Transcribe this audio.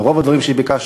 או ברוב הדברים שביקשנו.